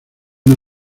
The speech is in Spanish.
una